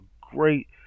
great